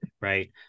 right